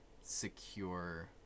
secure